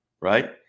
right